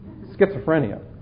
schizophrenia